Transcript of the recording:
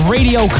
Radio